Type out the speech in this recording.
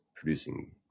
producing